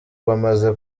bamaze